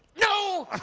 no!